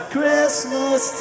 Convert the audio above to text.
Christmas